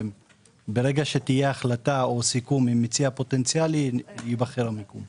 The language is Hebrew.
כאשר תהיה החלטה או סיכום עם מציע פוטנציאלי ייבחר המיקום.